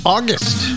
August